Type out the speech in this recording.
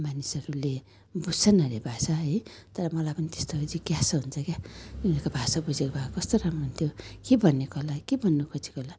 मानिसहरूले बुझ्छन् हरे भाषा है तर मलाई पनि त्यस्तो जिज्ञासा हुन्छ क्या उनेरको भाषा बुझेको भए कस्तो राम्रो हुन्थ्यो के भनेको होला के भन्नु खोजेको होला